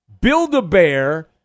Build-A-Bear